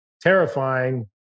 terrifying